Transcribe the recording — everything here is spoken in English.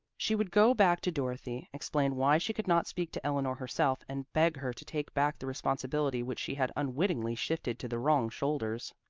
she would go back to dorothy, explain why she could not speak to eleanor herself, and beg her to take back the responsibility which she had unwittingly shifted to the wrong shoulders.